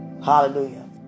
Hallelujah